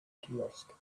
kiosk